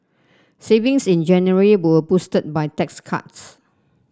savings in January were boosted by tax cuts